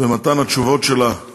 במתן התשובות שלה על